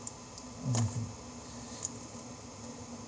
okay